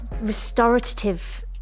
restorative